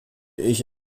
ich